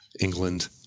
England